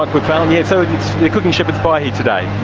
yeah they're cooking shepherd's pie here today.